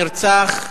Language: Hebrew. נרצח,